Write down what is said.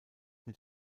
mit